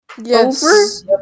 Yes